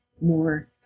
more